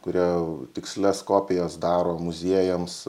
kurie tikslias kopijas daro muziejams